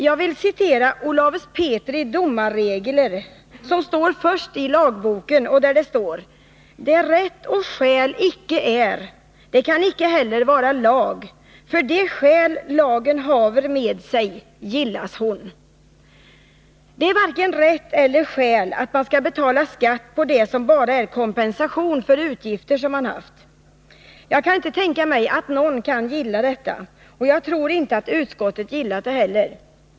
Jag vill citera Olaus Petri domarregler, som står först i lagboken: ”Det rätt och skäl icke är, det kan icke heller vara lag; för de skäl som lagen haver med sig, gillas hon.” Det är varken rätt eller skäl, att man skall betala skatt på det som bara är kompensation för utgifter som man har haft. Jag kan inte tänka mig att någon kan gilla detta, och jag tror inte att utskottet har gillat det heller.